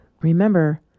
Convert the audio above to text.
Remember